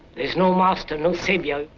there's no master, no savior.